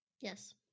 Yes